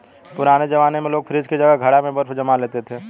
पुराने जमाने में लोग फ्रिज की जगह घड़ा में बर्फ जमा लेते थे